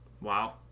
Wow